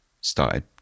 started